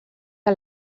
que